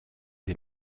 des